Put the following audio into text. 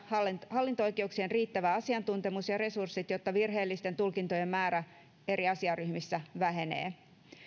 hallinto oikeuksien riittävä asiantuntemus ja resurssit jotta virheellisten tulkintojen määrä eri asiaryhmissä vähenee